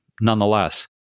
Nonetheless